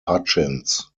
hutchins